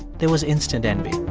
there was instant envy